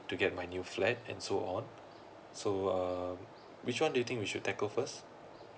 to get my new flat and so on so uh which one do you think we should take off first